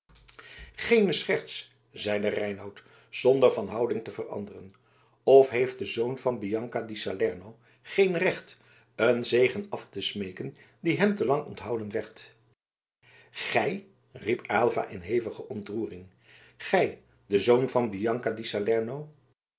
geene scherts zeide reinout zonder van houding te veranderen of heeft de zoon van bianca di salerno geen recht een zegen af te smeeken die hem te lang onthouden werd gij riep aylva in hevige ontroering gij de zoon van bianca di